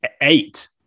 eight